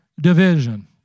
division